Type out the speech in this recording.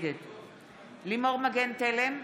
לימור מגן תלם,